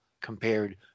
compared